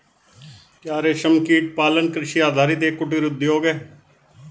क्या रेशमकीट पालन कृषि आधारित एक कुटीर उद्योग है?